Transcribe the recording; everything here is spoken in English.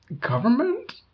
government